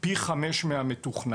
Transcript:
פי חמש מהמתוכנן.